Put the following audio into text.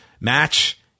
match